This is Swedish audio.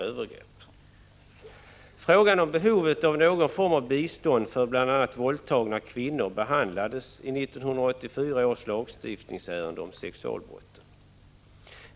Frågan om behovet av någon form av bistånd för bl.a. våldtagna kvinnor behandlades i 1984 års lagstiftningsärende om sexualbrott.